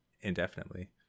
indefinitely